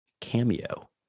cameo